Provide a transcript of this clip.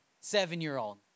seven-year-old